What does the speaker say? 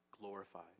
glorified